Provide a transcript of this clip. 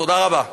תודה רבה.